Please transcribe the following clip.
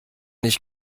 nicht